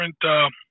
different